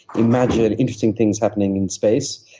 imagine interesting things happening in space,